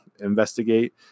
investigate